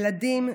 ילדים,